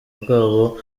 bw’abo